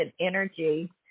energy